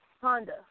Honda